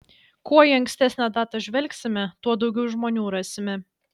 kuo į ankstesnę datą žvelgsime tuo daugiau žmonių rasime